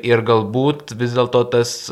ir galbūt vis dėlto tas